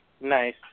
Nice